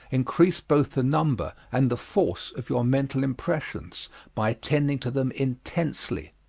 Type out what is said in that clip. increase both the number and the force of your mental impressions by attending to them intensely.